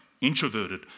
introverted